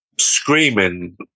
Screaming